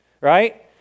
right